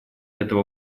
этого